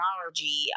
technology